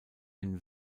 den